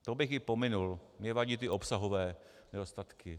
To bych i pominul, mně vadí ty obsahové nedostatky.